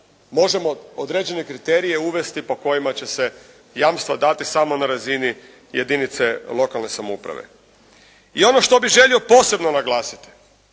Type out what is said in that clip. možemo određene kriterije uvesti po kojima će se jamstva dati samo na razini jedinice lokalne samouprave. I ono što bih želio posebno naglasiti,